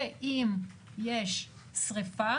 שאם יש שריפה